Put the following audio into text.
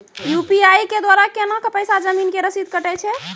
UPI के द्वारा केना कऽ पैसा जमीन के रसीद कटैय छै?